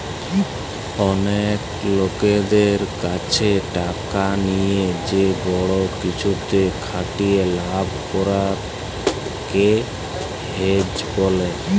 অলেক লকদের ক্যাছে টাকা লিয়ে যে বড় কিছুতে খাটিয়ে লাভ করাক কে হেজ ব্যলে